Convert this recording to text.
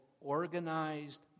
organized